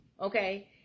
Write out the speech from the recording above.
okay